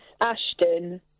Ashton